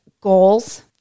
goals